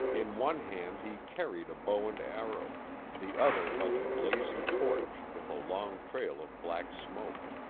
in one hand he carried a bow and arrow the other held a blazing torch with a long trail of black smoke.